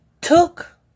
took